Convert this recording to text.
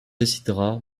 décidera